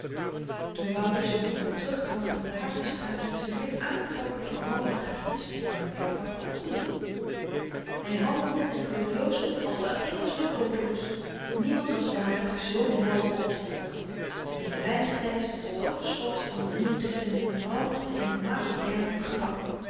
toen wouter z'n boek had teruggebracht in de hartenstraat werd z'n blik aangetrokken door amandeltaartjes by n banketbakker op den hoek hy handelde met glorioso als de atheners met kodrus niemand was waardig zoo'n held optevolgen en binnen weinig tyds was t overschot van t nieuw testament veranderd in maagbedervend gebak